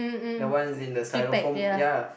the ones in the styrofoam ya